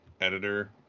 editor